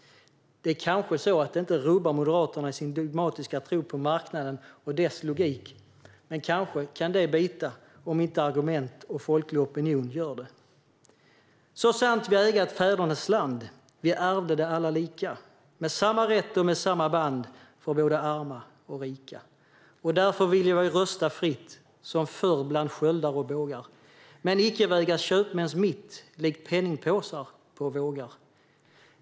Det kanske inte rubbar Moderaterna i deras dogmatiska tro på marknaden och dess logik, men det kanske biter om inte argument eller folklig opinion gör det. Så sant vi äga ett fädernesland, vi ärvde det alla lika, med samma rätt och med samma bandför både arma och rika; och därför vilja vi rösta frittsom förr bland sköldar och bågar, men icke vägas i köpmäns mitt, likt penningepåsar på vågar.